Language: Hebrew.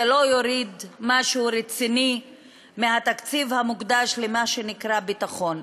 זה לא יוריד משהו רציני מהתקציב המוקדש למה שנקרא ביטחון.